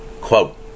Quote